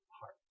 heart